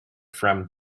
from